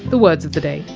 the words of the day,